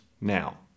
now